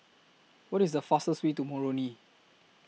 What IS The fastest Way to Moroni